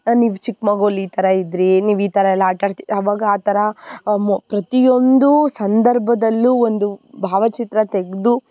ನೀವು ಚಿಕ್ಕ ಮಗುಲ್ ಈ ಥರ ಇದ್ದಿರಿ ನೀವು ಈ ಥರ ಎಲ್ಲ ಆಟ ಆಡ್ತಾ ಅವಾಗ ಆ ಥರ ಮೊ ಪ್ರತಿಯೊಂದು ಸಂದರ್ಭದಲ್ಲೂ ಒಂದು ಭಾವಚಿತ್ರ ತೆಗೆದು